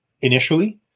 initially